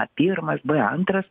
a pirmas b antras